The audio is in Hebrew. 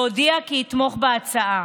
והודיע כי יתמוך בהצעה.